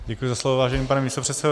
Děkuji za slovo, vážený pane místopředsedo.